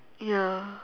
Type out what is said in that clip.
ya